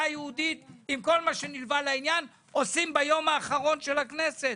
יהודית עם כל מה שנלווה לעניין מנהלים ביום האחרון של הכנסת.